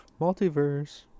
Multiverse